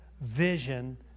vision